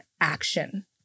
action